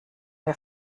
wir